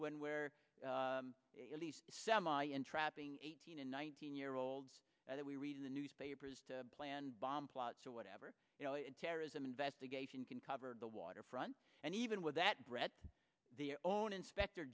when where at least semi entrapping eighteen and nineteen year olds that we read in the newspapers to plan bomb plots or whatever you know terrorism investigation can covered the waterfront and even with that bret their own inspector